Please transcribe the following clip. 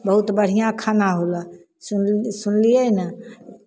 बहुत बढ़िआँ खाना होलह सुन सुनलियै ने